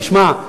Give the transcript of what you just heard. תשמע,